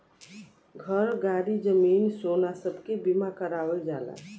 घर, गाड़ी, जमीन, सोना सब के बीमा करावल जाला